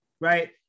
right